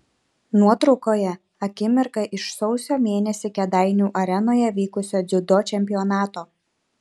nuotraukoje akimirka iš sausio mėnesį kėdainių arenoje vykusio dziudo čempionato